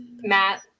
Matt